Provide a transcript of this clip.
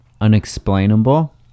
unexplainable